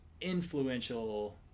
influential